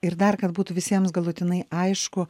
ir dar kad būtų visiems galutinai aišku